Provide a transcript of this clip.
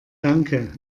danke